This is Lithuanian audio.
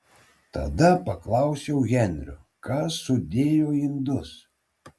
tada paklausiau henrio kas sudėjo indus